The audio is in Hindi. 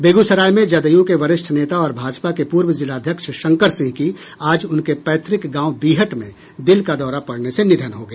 बेगूसराय में जदयू के वरिष्ठ नेता और भाजपा के पूर्व जिलाध्यक्ष शंकर सिंह की आज उनके पैत्रक गांव बीहट में दिल का दौरा पड़ने से निधन हो गया